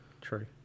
True